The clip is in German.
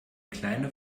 kleine